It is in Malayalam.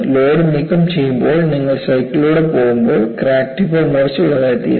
ലോഡ് നീക്കംചെയ്യുമ്പോൾ നിങ്ങൾ സൈക്കിളിലൂടെ പോകുമ്പോൾ ക്രാക്ക് ടിപ്പ് മൂർച്ചയുള്ളതായിത്തീരും